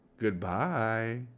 Goodbye